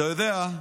אתה יודע,